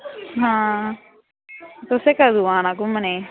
हां तुसें कदूं औना घूमने गी